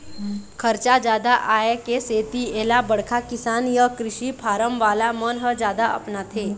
खरचा जादा आए के सेती एला बड़का किसान य कृषि फारम वाला मन ह जादा अपनाथे